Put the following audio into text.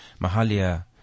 Mahalia